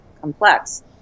complex